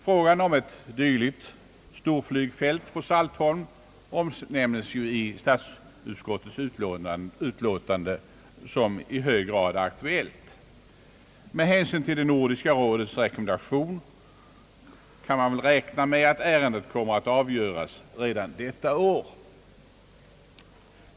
Frågan om ett dylikt storflygfält på Saltholm omnämnes i statsutskottets utlåtande såsom i hög grad aktuellt. Med hänsyn till Nordiska rådets rekommendation kan man väl räkna med att ärendet kommer att slutgiltigt avgöras redan detta år av de nordiska parlamenten.